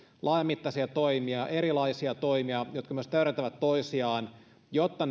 laajamittaisia toimia erilaisia toimia jotka myös täydentävät toisiaan jotta